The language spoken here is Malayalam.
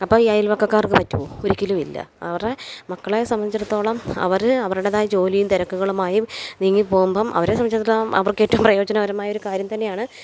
അപ്പോൾ ഈ അയൽവക്കക്കാർക്ക് പറ്റോ ഒരിക്കലുവില്ല അവരുടെ മക്കളെ സംബന്ധിച്ചിടത്തോളം അവർ അവരുടേതായ ജോലിയും തിരക്കുകളുമായും നീങ്ങി പോകുമ്പം അവരെ സംബന്ധിച്ചിടത്തോളം അവർക്ക് ഏറ്റവും പ്രയോജനകരമായൊരു കാര്യം തന്നെയാണ്